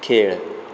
खेळ